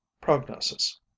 Prognosis